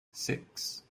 six